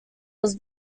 was